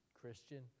Christian